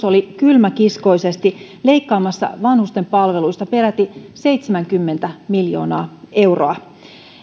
oli kylmäkiskoisesti leikkaamassa vanhusten palveluista peräti seitsemänkymmentä miljoonaa euroa